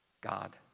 God